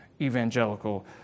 evangelical